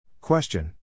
Question